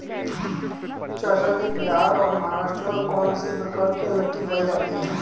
चाचा जी बिहार और महाराष्ट्र में कौन सी प्रकार की मिट्टी पाई जाती है?